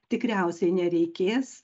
tikriausiai nereikės